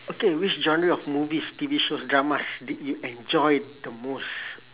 okay which genre of movies T_V shows dramas do you enjoy the most